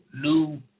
New